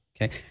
Okay